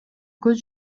көз